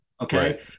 okay